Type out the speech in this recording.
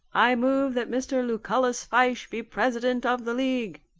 i move that mr. lucullus fyshe be president of the league,